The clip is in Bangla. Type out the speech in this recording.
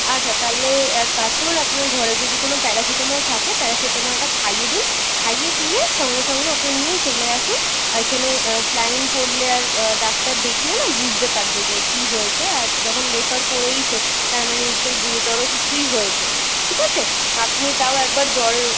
আচ্ছা তালে এক কাজ করুন আপনার ঘরে যদি কোনো প্যারাসিটামল থাকে প্যারাসিটামলটা খাইয়ে দিন খাইয়ে দিয়ে সঙ্গে সঙ্গে ওকে নিয়ে চলে আসুন এখানে স্লাইন পড়লে আর ডাক্তার দেখলে না বুঝতে পারবে যে কী হয়েছে আর যখন রেফার করেছে তার মানে নিশ্চই গুরুতর কিছুই হয়েচে ঠিক আছে আপনি তাও একবার জ্বরের